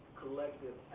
collective